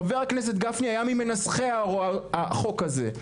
חבר הכנסת גפני היה ממנסחי החוק הזה.